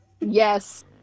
Yes